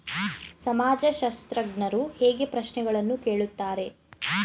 ಸಮಾಜಶಾಸ್ತ್ರಜ್ಞರು ಹೇಗೆ ಪ್ರಶ್ನೆಗಳನ್ನು ಕೇಳುತ್ತಾರೆ?